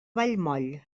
vallmoll